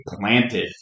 planted